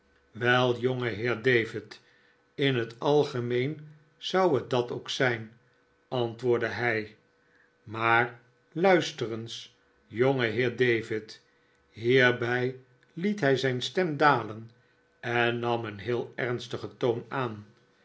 wel jongeheer david in t algemeen zou het dat ook zijn antwoordde hij maar luister eens jongeheer david hierbij liet hij zijn stem dalen en nam een heel ernstigen toon aan